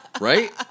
Right